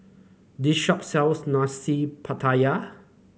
this shop sells Nasi Pattaya